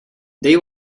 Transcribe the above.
they